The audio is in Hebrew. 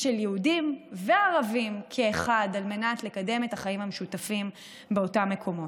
של יהודים וערבים כאחד על מנת לקדם את החיים המשותפים באותם מקומות.